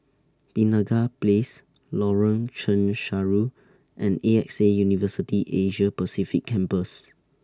Penaga Place Lorong Chencharu and A X A University Asia Pacific Campus